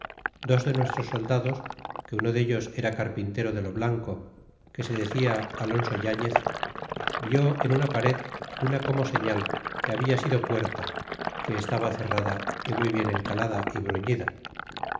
dos de nuestros soldados que uno dellos era carpintero de lo blanco que se decia alonso yafiez vi en una pared una como serial que habia sido puerta que estaba cerrada y muy bien encalada é bruñida